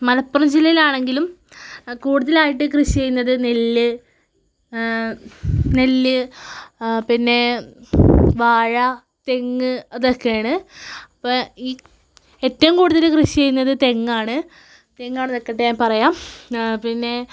മലപ്പുറം ജില്ലയിലാണെങ്കിലും കൂടുതാലായിട്ടു കൃഷി ചെയ്യുന്നത് നെല്ല് നെല്ല് പിന്നെ വാഴ തെങ്ങ് അതൊക്കെയാണ് അപ്പം ഈ ഏറ്റവും കൂടുതൽ കൃഷി ചെയ്യുന്നത് തെങ്ങാണ് തെങ്ങവിടെ നിൽക്കട്ടെ ഞാൻ പറയാം പിന്നെ